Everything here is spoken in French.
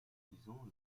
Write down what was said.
utilisant